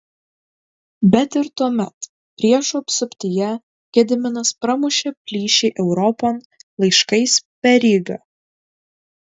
bet ir tuomet priešų apsuptyje gediminas pramušė plyšį europon laiškais per rygą